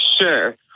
Sure